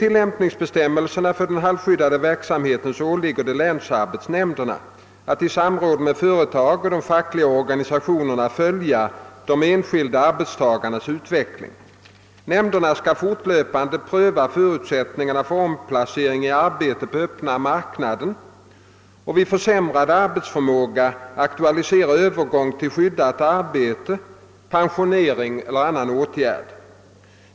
åligger det länsarbetsnämnderna att i samråd med företagen och de fackliga organisationerna följa de enskilda arbetstagarnas utveckling. Nämnderna skall fortlöpande pröva förutsättningarna för omplacering i arbete på öppna marknaden och vid försämrad arbetsförmåga aktualisera övergång till skyddat arbete, pensionering eller annan åtgärd.